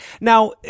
Now